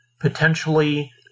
potentially